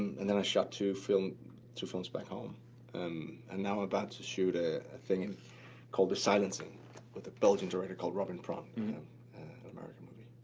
and then i shot two films two films back home um and now i'm about to shoot a thing and called the silencing with a belgian director called robin pront, an american movie.